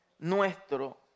nuestro